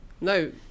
no